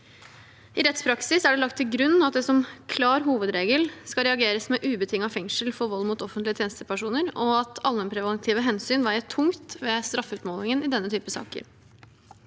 I rettspraksis er det lagt til grunn at det som klar hovedregel skal reageres med ubetinget fengsel for vold mot offentlige tjenestepersoner, og at allmennpreventive hensyn veier tungt ved straffutmålingen i denne typen saker.